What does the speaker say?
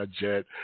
jet